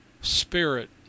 spirit